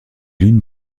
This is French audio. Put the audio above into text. l’une